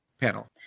panel